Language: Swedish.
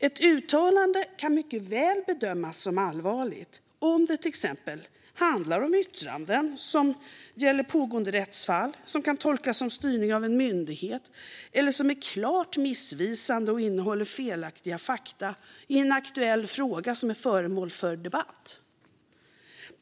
Ett uttalande kan mycket väl bedömas som allvarligt om det till exempel gäller yttranden om pågående rättsfall, som kan tolkas som styrning av myndighet eller som är klart missvisande och innehåller felaktiga fakta i en aktuell fråga som är föremål för debatt.